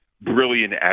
brilliant